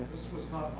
this was not